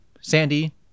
Sandy